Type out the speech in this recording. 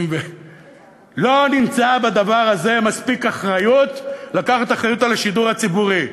לא נמצאה בדבר הזה מספיק אחריות לקחת אחריות על השידור הציבורי,